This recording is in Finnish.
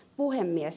puhemies